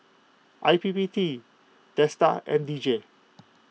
I P P T DSTA and D J